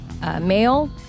male